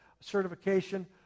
certification